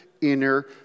inner